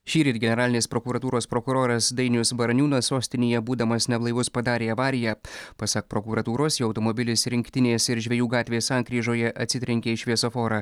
šįryt generalinės prokuratūros prokuroras dainius baraniūnas sostinėje būdamas neblaivus padarė avariją pasak prokuratūros jo automobilis rinktinės ir žvejų gatvės sankryžoje atsitrenkė į šviesoforą